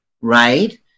right